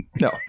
No